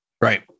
Right